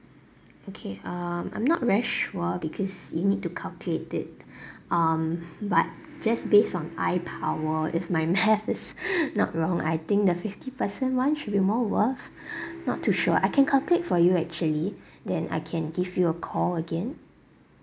okay um I'm not very sure because it need to calculate it um but just based on eye power if my math is not wrong I think the fifty percent one should be more worth not too sure I can calculate for you actually then I can give you a call again